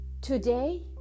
Today